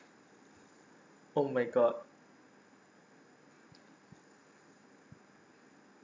oh my god